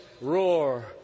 roar